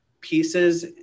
pieces